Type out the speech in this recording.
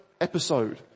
episode